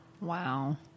Wow